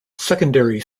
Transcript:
secondary